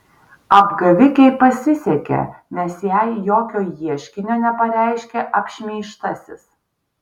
apgavikei pasisekė nes jai jokio ieškinio nepareiškė apšmeižtasis